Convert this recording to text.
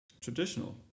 traditional